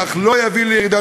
אך לרעת